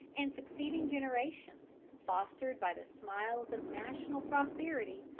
and succeeding generations, fostered by the smiles of national prosperity,